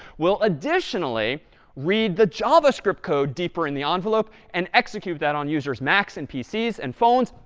will additionally read the javascript code deeper in the envelope and execute that on users' macs and pcs and phones.